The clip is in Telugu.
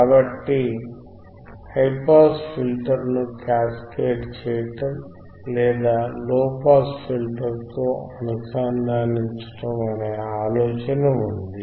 కాబట్టి హైపాస్ ఫిల్టర్ను క్యాస్కేడ్ చేయడం లేదా లోపాస్ ఫిల్టర్తో అనుసంధానించడం అనే ఆలోచన ఉంది